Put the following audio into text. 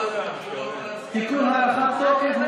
הוראת שעה) (תיקון) (הארכת תוקף),